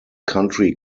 country